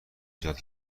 ایجاد